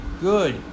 good